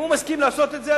אם הוא מסכים לעשות את זה,